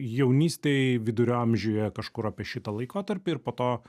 jaunystėj vidurio amžiuje kažkur apie šitą laikotarpį ir po to